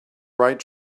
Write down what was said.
right